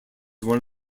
one